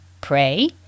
pray